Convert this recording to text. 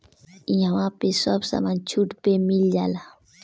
इहवा पे सब समान छुट पे मिल जाला